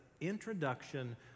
introduction